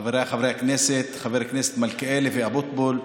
חבריי חברי הכנסת, חברי הכנסת מלכיאלי ואבוטבול,